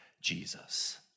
Jesus